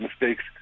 mistakes